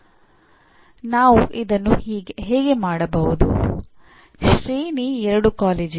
ಅದು ಇದರ ಶೀರ್ಷಿಕೆ